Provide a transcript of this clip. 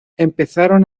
empezaron